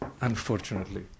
Unfortunately